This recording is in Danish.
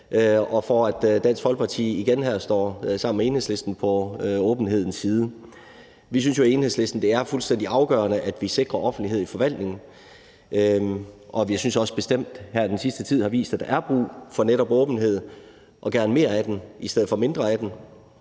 og for, at Dansk Folkeparti i den her sag står sammen med Enhedslisten på åbenhedens side. Vi synes jo i Enhedslisten, at det er fuldstændig afgørende, at vi sikrer offentlighed i forvaltningen. Og vi synes også, at den sidste tid bestemt har vist, at der er brug for netop åbenhed og gerne mere af den i stedet for mindre af den.